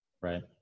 right